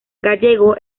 gallego